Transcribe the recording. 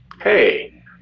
Hey